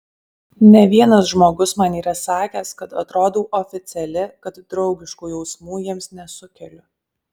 ne vienas žmogus man yra sakęs kad atrodau oficiali kad draugiškų jausmų jiems nesukeliu